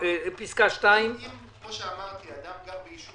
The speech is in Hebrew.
נא לקרוא את פסקה 2. אם כמו שאמרתי אדם גר ביישוב